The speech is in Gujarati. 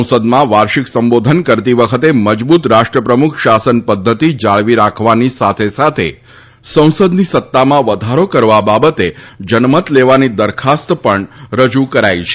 સંસદમાં વાર્ષિક સંબોધન કરતી વખતે મજબુત રાષ્ટ્રપ્રમુખ શાસન પધ્ધતિ જાળવી રાખવાની સાથે સાથે સંસદની સત્તામાં વધારો કરવા બાબતે જનમત લેવાની દરખાસ્ત પણ રજુ કરાઇ છે